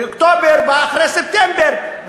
ואוקטובר בא אחרי ספטמבר,